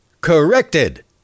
corrected